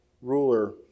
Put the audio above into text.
ruler